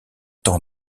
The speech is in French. temps